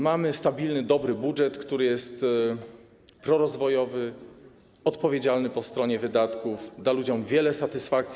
Mamy stabilny, dobry budżet, który jest prorozwojowy, odpowiedzialny po stronie wydatków, da ludziom wiele satysfakcji.